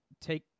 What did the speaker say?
take